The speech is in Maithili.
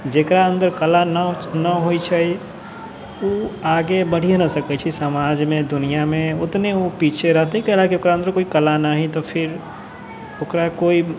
जकरा अन्दर कला नहि ननहि होइ छै उ आगे बढ़िये नहि सकै छै समाजमे दुनिआँमे ओतने ओ पीछे रहतै कैलयकि ओकरा अन्दर कोइ कला नहि हय तऽ फेर ओकरा कोइ